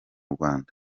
rwanda